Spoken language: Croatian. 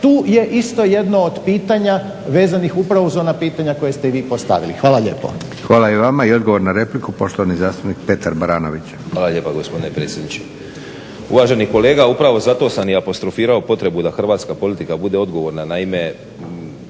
tu je isto jedno od pitanja vezanih upravo za ona pitanja koja ste i vi postavili. Hvala lijepo. **Leko, Josip (SDP)** Hvala i vama. I odgovor na repliku poštovani zastupnik Petar Baranović. **Baranović, Petar (HNS)** Hvala lijepo gospodine predsjedniče. Uvaženi kolega upravo zato sam i apostrofirao potrebu da hrvatska politika bude odgovorna. Naime,